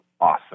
awesome